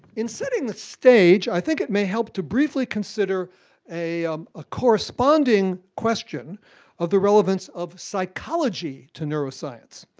in setting the stage, i think it may help to briefly consider a um ah corresponding question of the relevance of psychology to neuroscience.